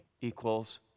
equals